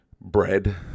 Bread